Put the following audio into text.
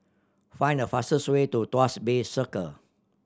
find the fastest way to Tuas Bay Circle